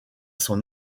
son